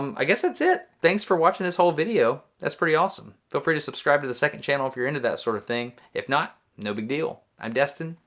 um i guess that's it. thanks for watching this whole video. that's pretty awesome. feel free to subscribe to the second channel if you're into that sort of thing. if not, no big deal. i'm destin,